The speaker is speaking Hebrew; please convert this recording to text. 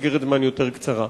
מסגרת זמן יותר קצרה.